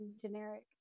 generic